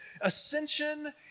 Ascension